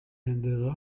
and